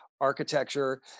architecture